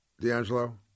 D'Angelo